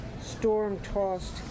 storm-tossed